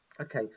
Okay